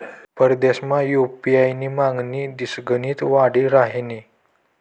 परदेसमा यु.पी.आय नी मागणी दिसगणिक वाडी रहायनी